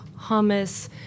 hummus